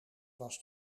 was